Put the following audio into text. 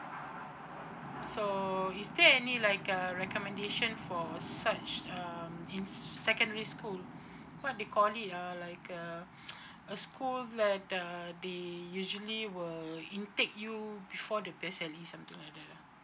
so is there any like uh recommendation for such um in secondary school what they call it ah like uh a school like uh they usually will intake you before the P_S_L_E something like that ah